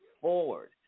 forward